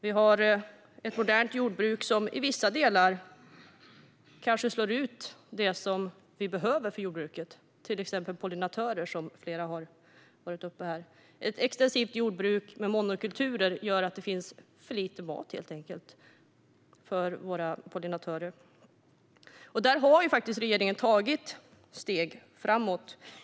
Vi har ett modernt jordbruk som i vissa delar kanske slår ut det vi behöver för jordbruket, till exempel pollinatörer, som flera har tagit upp här. Ett extensivt jordbruk med monokulturer gör att det helt enkelt finns för lite mat för våra pollinatörer. Där har regeringen tagit steg framåt.